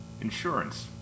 Insurance